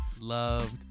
loved